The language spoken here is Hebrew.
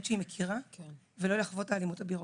שהיא מכירה ולא לחוות את האלימות הבירוקרטית.